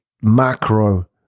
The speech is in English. macro